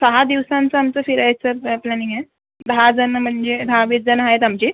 सहा दिवसांचं आमचं फिरायचं पॅ प्लॅनिंग आहे दहा जणं म्हणजे दहावीस जणं आहेत आमची